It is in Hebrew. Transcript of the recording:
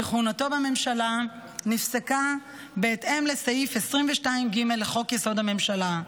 שכהונתו בממשלה נפסקה בהתאם לסעיף 22(ג) לחוק-יסוד: הממשלה,